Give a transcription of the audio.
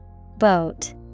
Boat